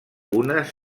unes